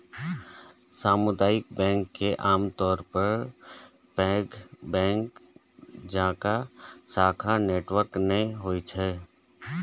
सामुदायिक बैंक के आमतौर पर पैघ बैंक जकां शाखा नेटवर्क नै होइ छै